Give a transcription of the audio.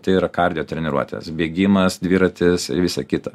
tai yra kardio treniruotės bėgimas dviratis ir visa kita